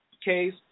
case